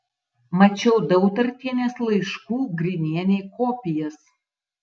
mačiau dautartienės laiškų grinienei kopijas